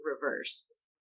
reversed